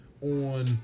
on